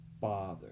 Father